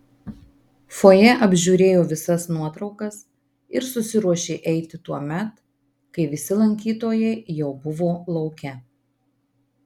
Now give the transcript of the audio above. fojė apžiūrėjo visas nuotraukas ir susiruošė eiti tuomet kai visi lankytojai jau buvo lauke